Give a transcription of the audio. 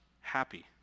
happy